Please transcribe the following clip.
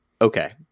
okay